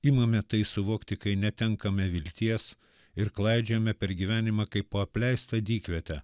imame tai suvokti kai netenkame vilties ir klaidžiojome per gyvenimą kaip po apleistą dykvietę